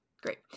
great